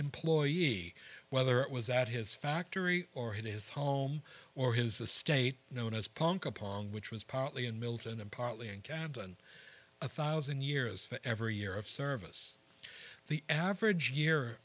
employee whether it was at his factory or his home or his the state known as punk upon which was partly in milton and partly in cabin a one thousand years for every year of service the average year